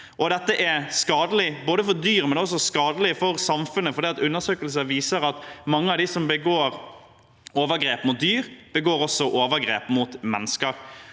det er også skadelig for samfunnet, for undersøkelser viser at mange av dem som begår overgrep mot dyr, også begår overgrep mot mennesker.